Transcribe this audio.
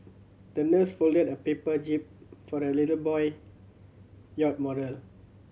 the nurse folded a paper jib for the little boy yacht model